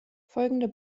folgende